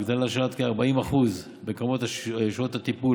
הגדלה של עד כ-40% במספר שעות הטיפול